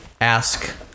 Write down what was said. ask